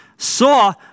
Saw